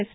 yes